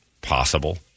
possible